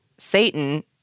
Satan